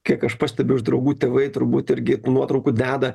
kiek aš pastebiu iš draugų tėvai turbūt irgi nuotraukų deda